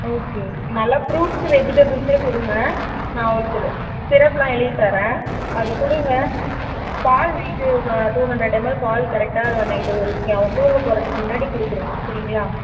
okay நல்லா fruits வெஜிடபிள்ஸ்ஸே கொடுங்க நான் ஒரு ஸிர ஸிரப்பெலாம் எழுதி தரேன் அது கொடுங்க பால் நைட்டு ப டூ ஹண்ட்ரட் எம்எல் பால் கரெக்டாக நைட்டு ஒரு அவன் தூங்க போகிறத்துக்கு முன்னாடி கொடுத்துருங்க சரிங்களா